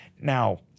Now